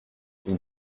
une